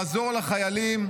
לעזור לחיילים,